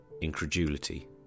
incredulity